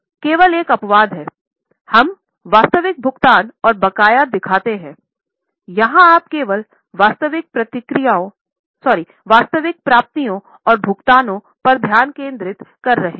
केवल एक अपवाद है हम वास्तविक भुगतान और बकाया दिखाते हैं यहां आप केवल वास्तविक प्राप्तियों और भुगतानों पर ध्यान केंद्रित कर रहे हैं